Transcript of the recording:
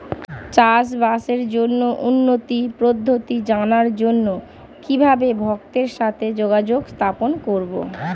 চাষবাসের জন্য উন্নতি পদ্ধতি জানার জন্য কিভাবে ভক্তের সাথে যোগাযোগ স্থাপন করব?